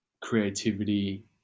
creativity